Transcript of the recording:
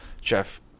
Jeff